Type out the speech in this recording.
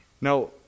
Now